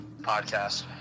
podcast